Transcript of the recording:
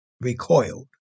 recoiled